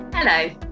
Hello